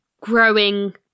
growing